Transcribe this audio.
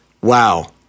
wow